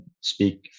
speak